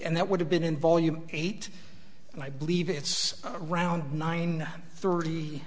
and that would have been in volume eight and i believe it's around nine thirty